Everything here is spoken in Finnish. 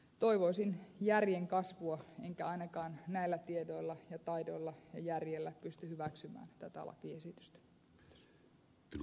toivoisin järjen kasvua enkä ainakaan näillä tiedoilla ja taidoilla ja tällä järjellä pysty hyväksymään tätä lakiesitystä